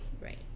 right